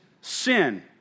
sin